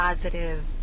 positive